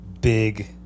big